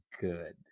good